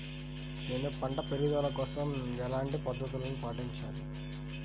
నేను పంట పెరుగుదల కోసం ఎలాంటి పద్దతులను పాటించాలి?